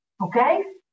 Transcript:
okay